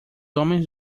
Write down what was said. homens